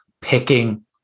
picking